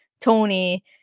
Tony